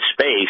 space